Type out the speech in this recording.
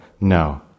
No